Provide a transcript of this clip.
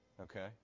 Okay